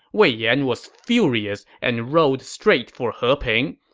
wei yan was furious and rode straight for he ping.